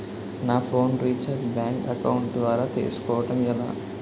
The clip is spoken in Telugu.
నా ఫోన్ రీఛార్జ్ బ్యాంక్ అకౌంట్ ద్వారా చేసుకోవటం ఎలా?